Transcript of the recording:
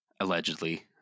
allegedly